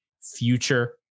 future